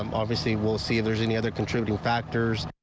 um obviously we'll see if there's any other contributing factors.